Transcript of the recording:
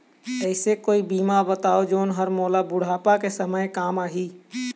ऐसे कोई बीमा बताव जोन हर मोला बुढ़ापा के समय काम आही?